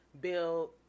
build